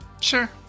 Sure